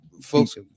Folks